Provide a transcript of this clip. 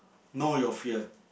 know your fear